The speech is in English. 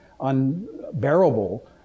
unbearable